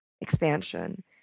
expansion